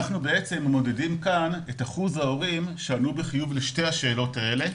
אנחנו מודדים בזה את אחוז ההורים שענו בחיוב לשתי השאלות האלה.